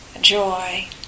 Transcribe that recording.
joy